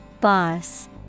Boss